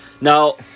Now